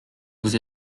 vous